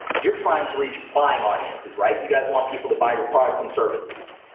you're trying to reach buying audiences, right? you guys want people to buy your products and services.